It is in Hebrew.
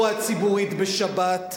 מקום בעולם, יש בארץ תחבורה ציבורית בשבת.